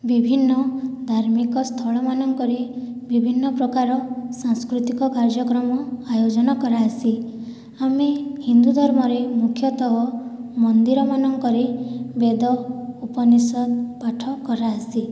ବିଭିନ୍ନ ଧାର୍ମିକ ସ୍ଥଳମାନଙ୍କରେ ବିଭିନ୍ନ ପ୍ରକାର ସାଂସ୍କୃତିକ କାର୍ଯ୍ୟକ୍ରମ ଆୟୋଜନ କରାହେସି ଆମେ ହିନ୍ଦୁ ଧର୍ମରେ ମୁଖ୍ୟତଃ ମନ୍ଦିରମାନଙ୍କରେ ବେଦ ଉପନିଷଦ୍ ପାଠ କରାହେସି